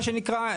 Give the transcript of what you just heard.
מה שנקרא,